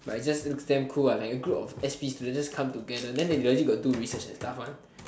but I just looks damn cool lah like a group of s_p students just come together then they legit got do research and stuff one